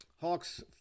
Hawks